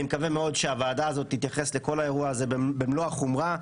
אני מקווה מאוד שהוועדה תתייחס לכל האירוע הזה במלוא החומרה,